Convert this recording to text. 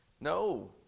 no